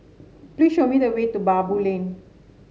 please show me the way to Baboo Lane